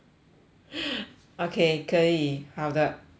okay 可以好的 let's